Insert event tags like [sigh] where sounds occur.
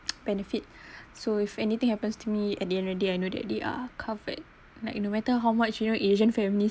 [noise] benefit [breath] so if anything happens to me at the end of the day I know that they are covered like no matter how much you know asian families